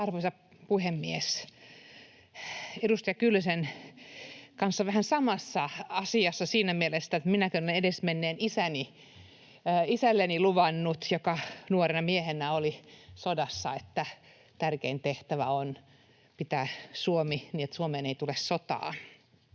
Arvoisa puhemies! Edustaja Kyllösen kanssa vähän samassa asiassa siinä mielessä, että minäkin olen luvannut edesmenneelle isälleni, joka nuorena miehenä oli sodassa, että tärkein tehtävä on pitää Suomi niin, ettei Suomeen tule sotaa.